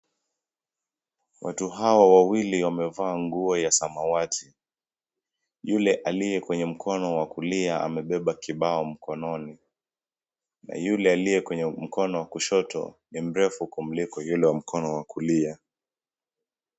Watu hawa wawili wamevaa nguo ya samawati. Yule aliye kwenye mkono wa kulia amebeba kibao mkononi na yule aliye kwenye mkono wa kushoto ni mrefu kumliko yule wa mkono wa kulia.